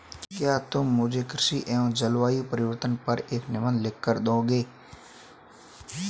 क्या तुम मुझे कृषि एवं जलवायु परिवर्तन पर एक निबंध लिखकर दोगे?